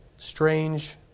Strange